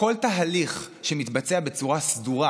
כל תהליך שמתבצע בצורה סדורה